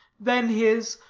then his,